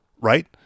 Right